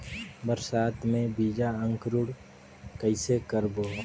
बरसात मे बीजा अंकुरण कइसे करबो?